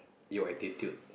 your attitude